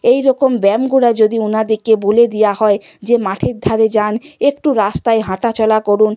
এই রকম ব্যায়ামগুলো যদি উনাদেরকে বলে দেওয়া হয় যে মাঠের ধারে যান একটু রাস্তায় হাঁটা চলা করুন